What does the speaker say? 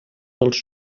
dels